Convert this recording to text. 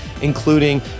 including